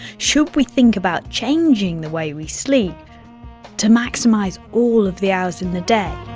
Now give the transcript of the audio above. should we think about changing the way we sleep to maximise all of the hours in the day?